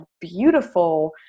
beautiful